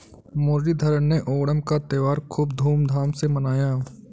मुरलीधर ने ओणम का त्योहार खूब धूमधाम से मनाया